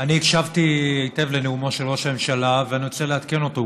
אני הקשבתי היטב לנאומו של ראש הממשלה ואני רוצה לעדכן אותו,